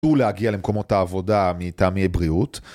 ולהגיע למקומות העבודה מטעמי בריאות.